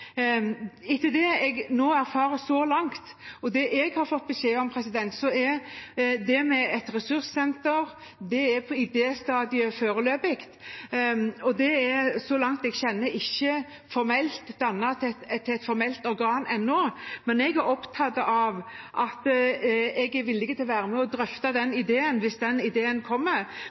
Etter det jeg har erfart så langt, og etter det jeg har fått beskjed om, er et ressurssenter på idéstadiet foreløpig. Det er, så langt jeg kjenner til, ikke dannet et formelt organ ennå. Jeg er villig til å være med og drøfte den ideen hvis den kommer,